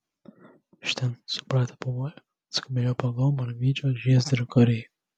iš ten supratę pavojų atskubėjo pagalbon vyčio žiezdrio kariai